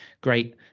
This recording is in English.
great